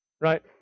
right